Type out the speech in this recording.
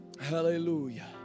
Hallelujah